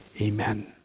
amen